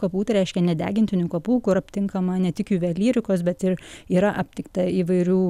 kapų tai reiškia nedegintinių kapų kur aptinkama ne tik juvelyrikos bet ir yra aptikta įvairių